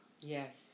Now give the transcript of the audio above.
Yes